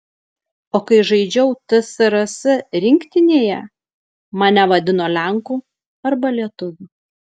o kai žaidžiau tsrs rinktinėje mane vadino lenku arba lietuviu